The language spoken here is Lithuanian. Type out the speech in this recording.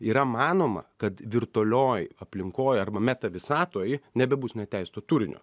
yra manoma kad virtualioj aplinkoj arba metavisatoj nebebus neteisėto turinio